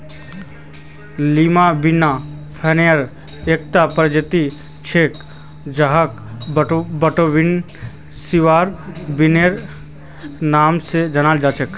Lima bean फलियार एकता प्रजाति छिके जहाक बटरबीन, सिवा बिनेर नाम स जानाल जा छेक